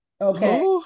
okay